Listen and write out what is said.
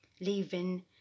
leaving